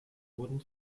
wurden